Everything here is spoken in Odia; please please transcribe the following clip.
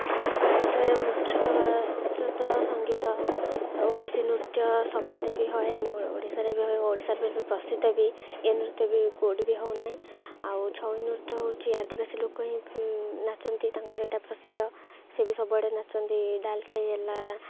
ଆମ ଭାରତରେ ମୁଖ୍ୟ ସ୍ରୋତ ସଙ୍ଗୀତ ଓଡ଼ିଶୀ ନୃତ୍ୟ ସବୁଆଡ଼େ ବି ହୁଏ ଆମ ଓଡ଼ିଶାରେ ବି ହେଉ ଓଡ଼ିଶାରେ ପ୍ରସିଦ୍ଧ ବି ଏ ନୃତ୍ୟ ବି କୋଉଠି ବି ହେଉନାହିଁ ଆଉ ଛଉ ନୃତ୍ୟ ହେଉଛି ଆଦିବାସୀ ଲୋକ ହିଁ ନାଚନ୍ତି ତାଙ୍କର ଏଟା ପ୍ରସିଦ୍ଧ ସେ ବି ସବୁଆଡ଼େ ନାଚନ୍ତି ଡାଲଖାଇ ହେଲା